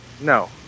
No